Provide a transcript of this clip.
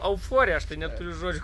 auforija aš tai neturiu žodžių